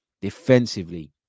defensively